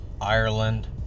Ireland